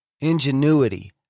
ingenuity